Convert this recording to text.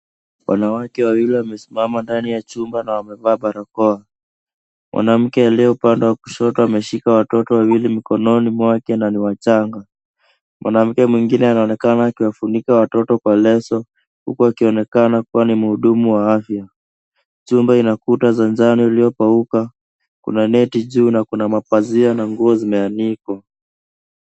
Wanawake wawili wamesimama ndani ya chumba na wamevaa barakoa. Mwanamke aliye upande wa kushoto ameshika watoto wawili mkononi mwake na ni wachanga. Mwanamke mwingine anaonekana akiwafunika watoto kwa leso huku akionekana kuwa ni muhudumu wa afya. Chumba ina kuta za njano iliyokauka. Kuna neti juu na kuna mapazia na nguo zimeanikwa.